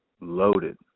loaded